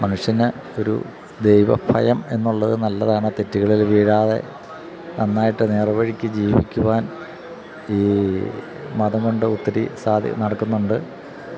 മനുഷ്യന് ഒരു ദൈവഭയമെന്നുള്ളത് നല്ലതാണ് തെറ്റികളില് വീഴാതെ നന്നായിട്ട് നേര്വഴിക്ക് ജീവിക്കുവാൻ ഈ മതം കൊണ്ട് ഒത്തിരി നടക്കുന്നുണ്ട്